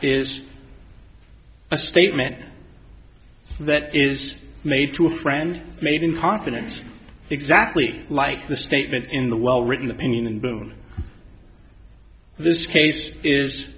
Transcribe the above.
is a statement that is made to a friend made in confidence exactly like the statement in the well written opinion and boom this case is